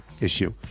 issue